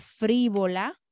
frívola